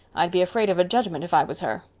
i'd be afraid of a judgment if i was her.